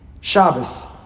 Shabbos